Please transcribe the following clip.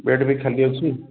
bed ବି ଖାଲି ଅଛି